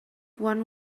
one